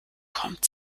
kommt